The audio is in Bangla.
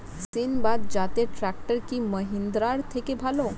সিণবাদ জাতের ট্রাকটার কি মহিন্দ্রার থেকে ভালো?